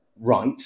right